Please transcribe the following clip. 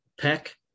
Peck